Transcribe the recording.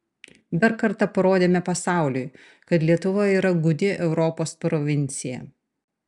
dar kartą parodėme pasauliui kad lietuva yra gūdi europos provincija